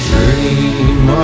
Dream